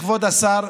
כבוד השר,